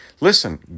Listen